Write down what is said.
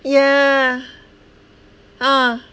yeah ah